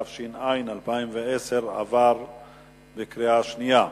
התש"ע 2010, עברה בקריאה שנייה.